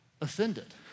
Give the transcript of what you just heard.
offended